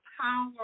power